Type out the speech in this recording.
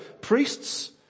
priests